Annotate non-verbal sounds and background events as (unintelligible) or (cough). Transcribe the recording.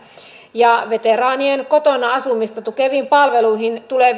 veteraanien kotona asumista tukeviin palveluihin tulee (unintelligible)